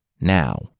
Now